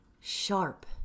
sharp